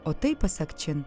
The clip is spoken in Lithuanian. o tai pasak čin